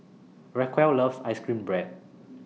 Racquel loves Ice Cream Bread